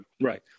Right